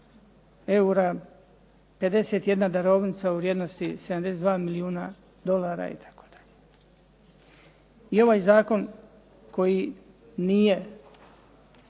eura, 51 darovnica u vrijednosti 72 milijuna dolara itd. I ovaj zakon koji nije